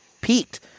peaked